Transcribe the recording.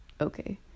Okay